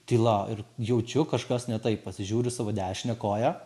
tyla ir jaučiu kažkas ne taip pasižiūriu savo dešinę koją